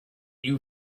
you